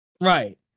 right